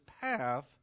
path